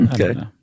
Okay